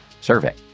survey